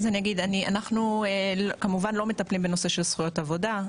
אנחנו כמובן לא מטפלים בנושא של זכויות עבודה.